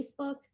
Facebook